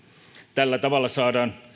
tällä tavalla saadaan